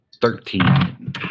thirteen